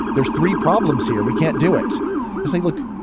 there's three problems here, we can't do it. i say, look,